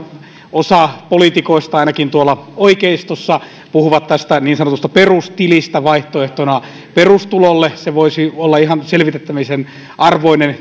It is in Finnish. osa politiikoista ainakin tuolla oikeistossa puhuu tästä niin sanotusta perustilistä vaihtoehtona perustulolle se tiliasia voisi olla ihan selvittämisen arvoinen